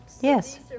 Yes